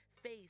face